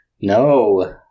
No